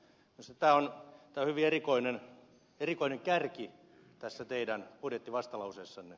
minusta tämä on hyvin erikoinen kärki tässä teidän budjettivastalauseessanne